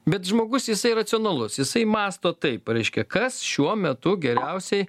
bet žmogus jisai racionalus jisai mąsto taip reiškia kas šiuo metu geriausiai